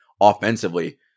offensively